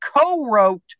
co-wrote